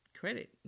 credit